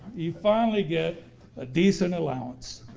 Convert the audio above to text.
you finally get a decent allowance.